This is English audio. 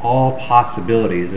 all possibilities